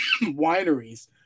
wineries